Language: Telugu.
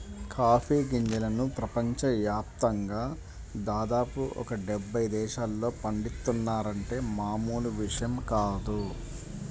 కాఫీ గింజలను ప్రపంచ యాప్తంగా దాదాపు ఒక డెబ్బై దేశాల్లో పండిత్తున్నారంటే మామూలు విషయం కాదు